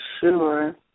sure